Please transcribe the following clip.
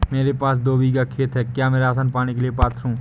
मेरे पास दो बीघा खेत है क्या मैं राशन पाने के लिए पात्र हूँ?